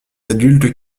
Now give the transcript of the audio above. adultes